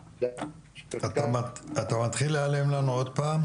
אנחנו התחלנו אותו בשנת 2002 בהקמת בית הספר